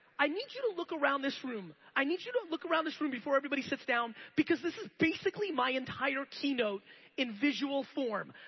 i need you to look around this room. i need to look around this room before everybody sits down because this is basically my entire keynote in visual form.